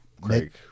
Craig